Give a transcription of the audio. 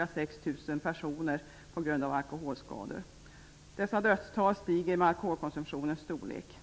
ca 6 000 personer i vårt land på grund av alkoholskador. Dessa dödstal stiger med alkoholkonsumtionens storlek.